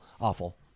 Awful